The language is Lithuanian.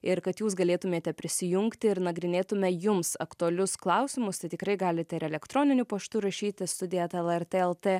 ir kad jūs galėtumėte prisijungti ir nagrinėtume jums aktualius klausimus tai tikrai galite ir elektroniniu paštu rašyti studija eta lrt lt